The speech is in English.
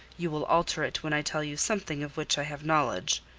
you will alter it when i tell you something of which i have knowledge.